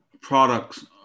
products